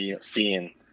seeing